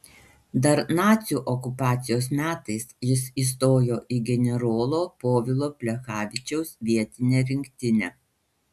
dar nacių okupacijos metais jis įstojo į generolo povilo plechavičiaus vietinę rinktinę